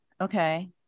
okay